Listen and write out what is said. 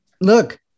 look